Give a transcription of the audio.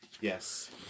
Yes